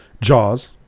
Jaws